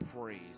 praise